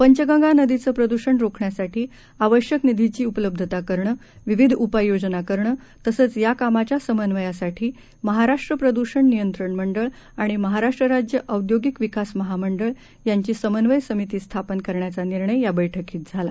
पंचगंगा नदीचं प्रदूषण रोखण्यासाठी आवश्यक निधीची उपलब्धता करणं विविध उपाययोजना करणं तसंच या कामाच्या समन्वयासाठी महाराष्ट्र प्रदूषण नियंत्रण मंडळ आणि महाराष्ट्र राज्य औद्योगिक विकास महामंडळ यांची समनन्वय समिती स्थापन करण्याचा निर्णय या बैठकीत झाला